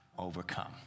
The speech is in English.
Overcome